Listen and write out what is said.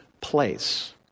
place